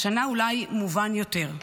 השנה אולי מובן יותר.